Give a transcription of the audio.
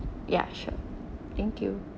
yeah sure thank you